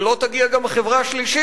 אני מקווה שלא תגיע גם החברה השלישית,